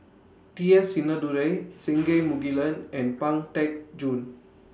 T S Sinnathuray Singai Mukilan and Pang Teck Joon